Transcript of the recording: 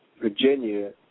Virginia